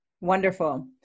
Wonderful